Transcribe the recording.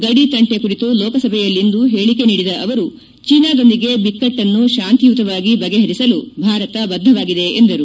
ಗಡಿ ತಂಟೆ ಕುರಿತು ಲೋಕಸಭೆಯಲ್ಲಿಂದು ಹೇಳಕೆ ನೀಡಿದ ಅವರು ಚೀನಾದೊಂದಿಗೆ ಬಿಕ್ಕಟ್ಟನ್ನು ಶಾಂತಿಯುತವಾಗಿ ಬಗೆಹರಿಸಲು ಭಾರತ ಬದ್ದವಾಗಿದೆ ಎಂದರು